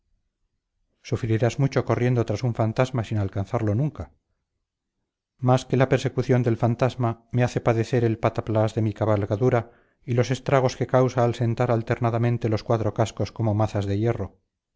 sufrirás mucho corriendo tras un fantasma sin alcanzarlo nunca más que la persecución del fantasma me hace padecer el pataplás de mi cabalgadura y los estragos que causa al sentar alternadamente los cuatro cascos como mazas de hierro